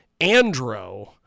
Andro